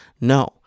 No